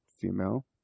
female